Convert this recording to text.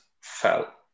fell